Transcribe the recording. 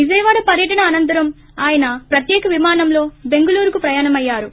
విజయవాడ పర్యటన అనంతరం ఆయన ప్రత్యేక విమానంలో బెంగుళూరుకు ప్రయాణమయ్యారు